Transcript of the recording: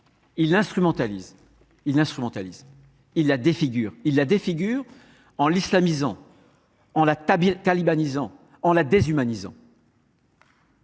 il l’instrumentalise, il la défigure en l’islamisant, en la talibanisant, en la déshumanisant.